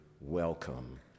welcome